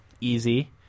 easy